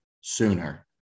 sooner